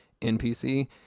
NPC